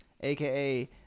aka